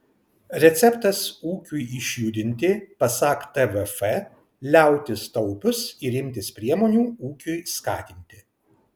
receptas ūkiui išjudinti pasak tvf liautis taupius ir imtis priemonių ūkiui skatinti